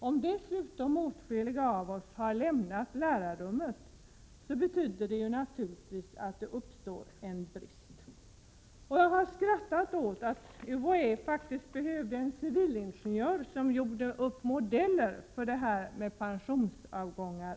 Om dessutom åtskilliga av oss har lämnat lärarrummet uppstår det naturligtvis en bristsituation. Jag har skrattat åt att UHÄ behövde anlita en civilingenjör för att göra upp modeller för lärares pensionsavgångar.